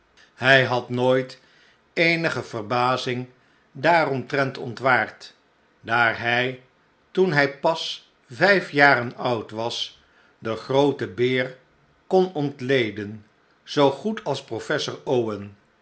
hij had nooit eenige verbazing daaromtrent ontwaard daar hij toen hij pas vijf jaren oud was den grooten beer kon ontleden zoo goed als professor